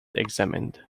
examined